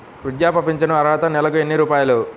వృద్ధాప్య ఫింఛను అర్హత నెలకి ఎన్ని రూపాయలు?